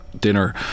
dinner